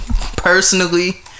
Personally